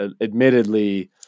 admittedly